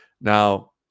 Now